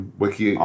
wiki